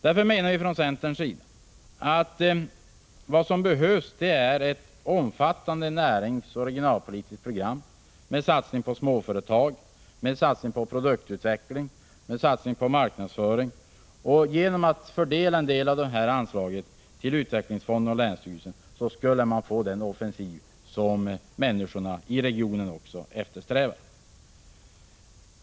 Därför menar vi från centerns sida att vad som behövs är ett omfattande näringsoch regionalpolitiskt program med en satsning på småföretag, produktutveckling och marknadsföring. Genom att fördela en del av de anslagen till utvecklingsfonderna och länsstyrelsen skulle vi få den offensiva satsning som människorna i regionen eftersträvar.